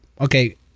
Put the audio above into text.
okay